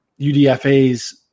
UDFAs